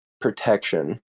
protection